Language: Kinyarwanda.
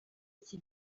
iki